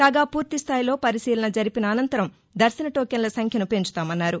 కాగా పూర్తిస్థాయిలో పరిశీలన జరిపిన అనంతరం దర్భన టోకెన్ల సంఖ్యను పెంచుతామన్నారు